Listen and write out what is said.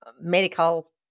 medical